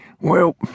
Well